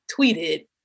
tweeted